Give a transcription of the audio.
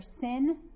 sin